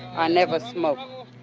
i never smoke.